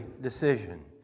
decision